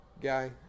guy